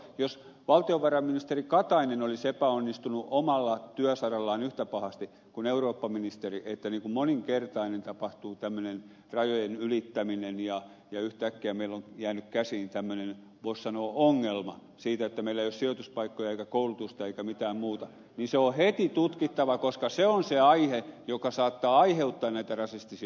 jos valtiovarainministeri katainen olisi epäonnistunut omalla työsarallaan yhtä pahasti kuin eurooppaministeri että tämmöinen moninkertainen rajojen ylittäminen tapahtuu ja yhtäkkiä meillä on jäänyt käsiin tämmöinen voisi sanoa ongelma siitä että meillä ei ole sijoituspaikkoja eikä koulutusta eikä mitään muuta niin se on heti tutkittava koska se on se aihe joka saattaa aiheuttaa näitä rasistisia ilmiöitä